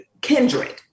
kindred